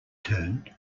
turned